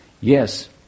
yes